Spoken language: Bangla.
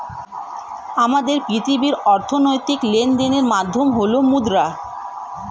আমাদের পৃথিবীর অর্থনৈতিক লেনদেনের মাধ্যম হল মুদ্রা